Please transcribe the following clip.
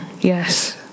Yes